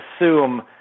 assume